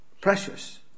precious